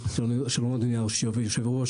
אדוני היושב ראש,